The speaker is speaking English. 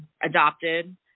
adopted